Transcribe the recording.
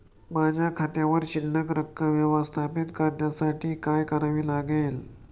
माझ्या खात्यावर शिल्लक रक्कम व्यवस्थापित करण्यासाठी काय करावे लागेल?